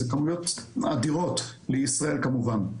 אלה כמויות אדירות לישראל כמובן,